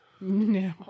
No